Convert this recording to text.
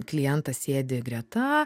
klientas sėdi greta